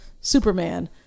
superman